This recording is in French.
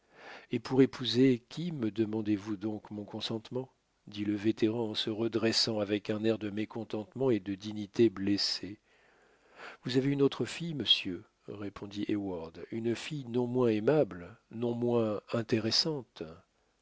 et pour épouser qui me demandez-vous donc mon consentement dit le vétéran en se redressant avec un air de mécontentement et de dignité blessée vous avez une autre fille monsieur répondit heyward une fille non moins aimable non moins intéressante